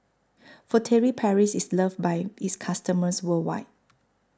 Furtere Paris IS loved By its customers worldwide